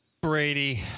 Brady